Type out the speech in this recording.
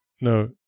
no